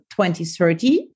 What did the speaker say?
2030